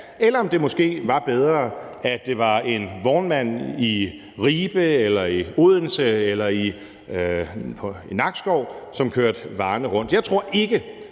eller om det måske var bedre, at det var en vognmand i Ribe, i Odense eller i Nakskov, som kørte varerne rundt. Jeg tror ikke,